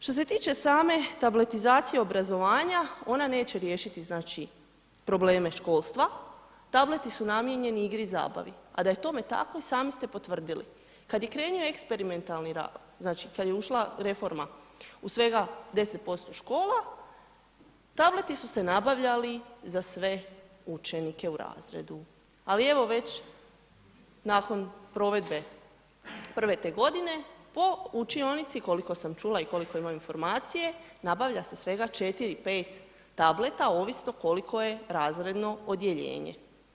Što se tiče same tabletizacije obrazovanja, ona neće riješiti znači probleme školstva, tableti su namijenjeni igri i zabavi, a da je tome tako i sami ste potvrdili, kad je krenio eksperimentalni rad, znači kad je ušla reforma u svega 10% škola, tableti su se nabavljali za sve učenike u razredu, ali evo već nakon provedbe prve te godine po učionici, koliko sam čula i koliko imam informacije, nabavlja se svega 4-5 tableta ovisno koliko je razredno odjeljenje.